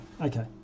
Okay